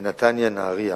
נתניה, נהרייה.